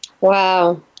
Wow